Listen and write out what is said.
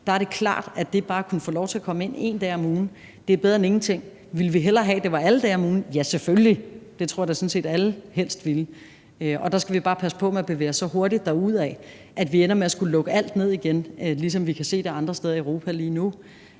– er det klart, at bare det at kunne få lov til at komme ind én dag om ugen er bedre end ingenting. Ville vi hellere have, at det var alle dage om ugen? Ja, selvfølgelig, det tror jeg da sådan set alle helst ville. Der skal vi bare passe på med at bevæge os så hurtigt derudad, at vi ender med at skulle lukke alt ned igen, ligesom vi kan se det andre steder i Europa lige nu.